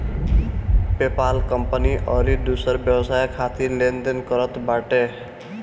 PayPal company अउरी दूसर व्यवसाय खातिर लेन देन करत बाटे